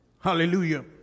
Hallelujah